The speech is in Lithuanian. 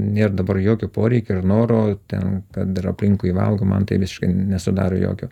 nėr dabar jokio poreikio ir noro ten kad ir aplinkui valgo man tai visiškai nesudaro jokio